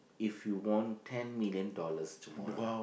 if you won ten million dollars tomorrow